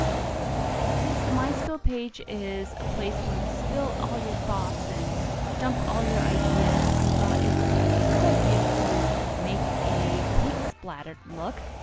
since the mind spill page is a place where you spill all your thoughts and dump all your ideas, i thought it would be a good idea to make a paint splattered look,